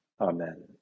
Amen